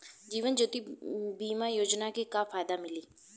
जीवन ज्योति बीमा योजना के का फायदा मिली?